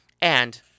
And